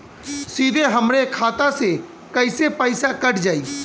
सीधे हमरे खाता से कैसे पईसा कट जाई?